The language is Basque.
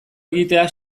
egitea